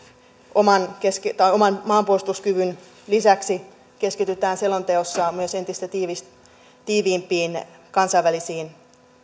oman maanpuolustuskykymme lisäksi keskitytään selonteossa myös entistä tiiviimpiin kansainvälisiin